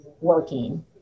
working